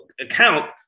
account